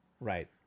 Right